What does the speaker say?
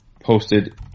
posted